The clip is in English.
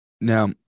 Now